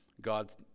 God's